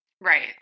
Right